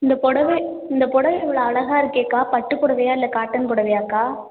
இந்த புடவை இந்த புடவை இவ்வளோவு அழகாருக்கேக்கா பட்டு புடவையா இல்லை காட்டன் புடவையாக்கா